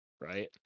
Right